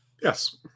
Yes